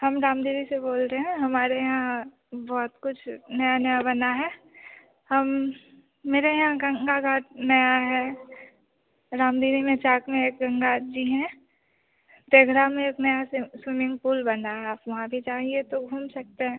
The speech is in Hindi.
हम गामधेवी से बोल रहे हैं हमारे यहाँ बहुत कुछ नया नया बना है हम मेरे यहाँ गंगा घाट नया है रामधेनि में चाक में एक गंगा जी हैं तेघरा में एक नया स्विमिंग पूल बना है आप वहाँ भी चाहिए तो घूम सकते हैं